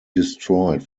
destroyed